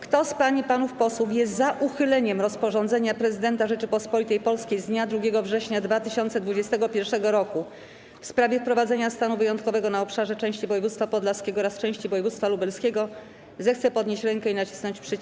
Kto z pań i panów posłów jest za uchyleniem rozporządzenia Prezydenta Rzeczypospolitej Polskiej z dnia 2 września 2021 r. w sprawie wprowadzenia stanu wyjątkowego na obszarze części województwa podlaskiego oraz części województwa lubelskiego, zechce podnieść rękę i nacisnąć przycisk.